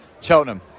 Cheltenham